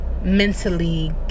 mentally